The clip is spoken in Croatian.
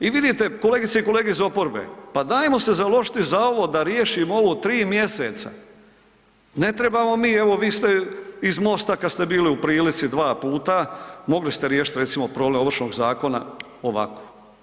I vidite kolegice i kolege iz oporbe, pa dajmo se založiti za ovo da riješimo ovo u tri mjeseca, ne trebamo mi, evo vi ste iz MOST-a kada ste bili u prilici dva puta mogli ste riješiti recimo problem Ovršnog zakona ovako.